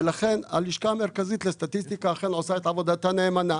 ולכן הלשכה המרכזית לסטטיסטיקה אכן עושה את עבודתה נאמנה.